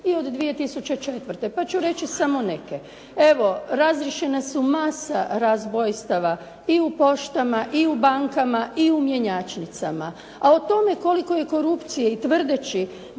i od 2004. pa ću reći samo neke. Evo razriješene su masa razbojstava i u poštama i u bankama i u mjenjačnicama. A o tome koliko je korupcije i tvrdeći